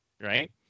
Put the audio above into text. right